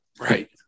Right